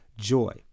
joy